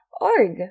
org